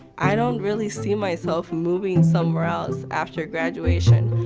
i don't really see myself moving somewhere else after graduation,